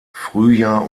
frühjahr